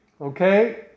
Okay